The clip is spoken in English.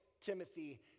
Timothy